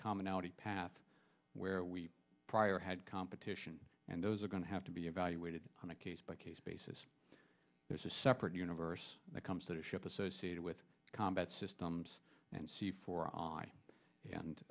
commonality path where we prior had competition and those are going to have to be evaluated on a case by case basis there's a separate universe that comes to ship associated with combat systems and see for